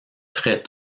très